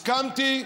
הסכמתי,